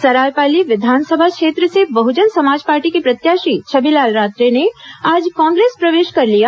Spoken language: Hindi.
सरायपाली विधानसभा क्षेत्र से बहजन समाज पार्टी के प्रत्याशी छबिलाल रात्रे ने आज कांग्रेस प्रवेश कर लिया